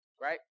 Right